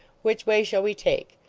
which way shall we take?